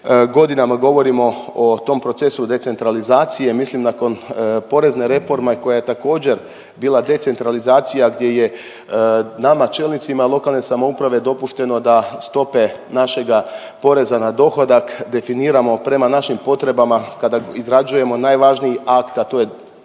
Godinama govorimo o tom procesu decentralizacije. Mislim nakon porezne reforme koja je također bila decentralizacija gdje je nama čelnicima lokalne samouprave dopušteno da stope našega poreza na dohodak definiramo prema našim potrebama kada izrađujemo najvažniji akt, a to je